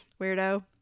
weirdo